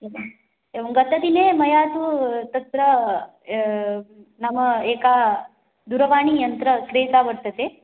एवम् एवं गतदिने मया तु तत्र नाम एकं दूरवाणीयन्त्रं क्रेतं वर्तते